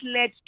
led